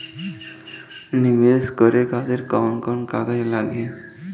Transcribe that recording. नीवेश करे खातिर कवन कवन कागज लागि?